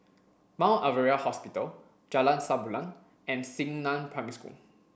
Mount Alvernia Hospital Jalan Samulun and Xingnan Primary School